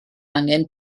angen